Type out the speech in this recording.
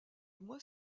mois